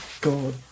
god